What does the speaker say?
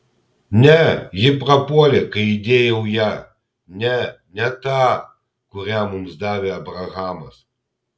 ne ji prapuolė kai įdėjau ją ne ne tą kurią mums davė abrahamas